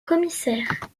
commissaire